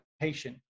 patient